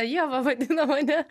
ieva vadina mane